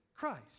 christ